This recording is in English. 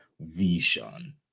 vision